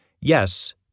Yes